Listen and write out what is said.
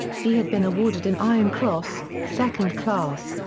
he had been awarded an iron cross, second class,